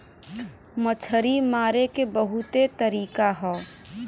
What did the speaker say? मछरी मारे के बहुते तरीका हौ